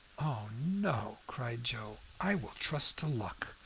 oh no! cried joe. i will trust to luck.